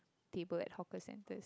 table at hawker center